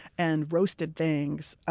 and roasted things,